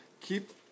keep